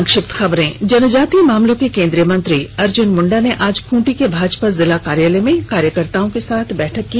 संक्षिप्त खबरें जनजातीय मामलों के केंद्रीय मंत्री अर्जुन मुंडा ने आज खूंटी के भाजपा जिला कार्यालय में कार्यकर्ताओं के साथ बैठक की